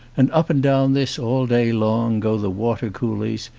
and up and down this all day long go the water coolies,